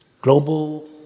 Global